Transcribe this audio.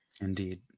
Indeed